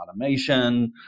automation